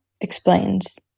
explains